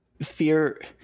fear